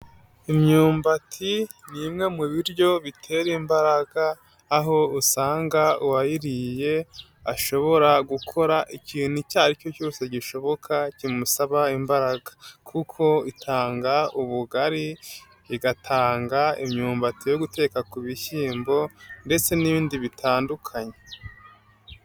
Imyumbati ni imwe mu biryo bitera imbaraga, aho usanga uwayiriye ashobora gukora ikintu icyo ari cyo cyose gishoboka kimusaba imbaraga, kuko itanga ubugari, igatanga imyumbati yo guteka ku bishyimbo ndetse n'ibindi bitandukanye.